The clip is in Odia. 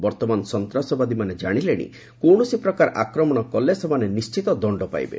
ବର୍ତ୍ତମାନ ସନ୍ତାସବାଦୀମାନେ ଜାଣିଲେଣି କକିଣସି ପ୍ରକାର ଆକ୍ରମଣ କଲେ ସେମାନେ ନିଣ୍ଚିତ ଦଶ୍ଡ ପାଇବେ